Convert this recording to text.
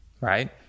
right